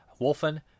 Wolfen